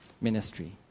ministry